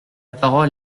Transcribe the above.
parole